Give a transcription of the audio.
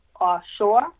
offshore